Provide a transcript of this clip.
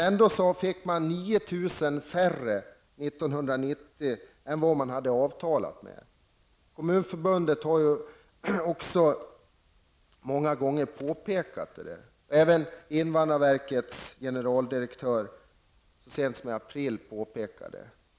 Ändå fick man 9 000 Kommunförbundet har många gånger påpekat detta. Invandrarverkets generaldirektör påpekar det också så sent som i april.